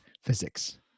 Physics